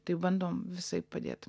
tai bandom visaip padėt